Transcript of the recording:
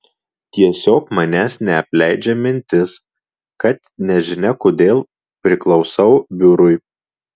tiesiog manęs neapleidžia mintis kad nežinia kodėl priklausau biurui